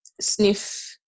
sniff